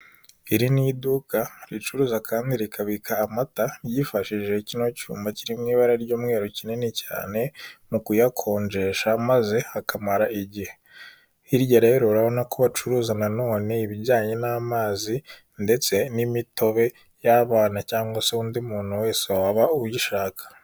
Iri ni iduka ricuruza kandi rikabika amata ryifashishije kino cyuma kiri mu ibara ry'umweru kinini cyane mu kuyakonjesha maze akamara igihe, hirya rero urabona ko bacuruza nanone ibijyanye n'amazi ndetse n'imitobe y'abana cyangwa se undi muntu wese waba uyishaka.